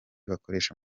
bakoresha